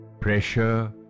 pressure